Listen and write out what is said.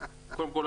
קודם כול,